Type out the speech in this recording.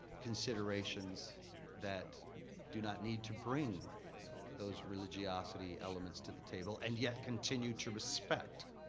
considerations that do not need to bring those religiosity elements to the table and yet continue to respect